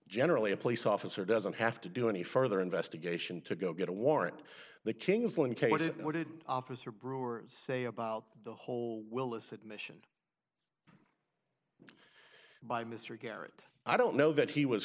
generally a police officer doesn't have to do any further investigation to go get a warrant the king's lynn did officer brewer say about the whole willis admission by mr garrett i don't know that he was